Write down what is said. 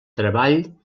treball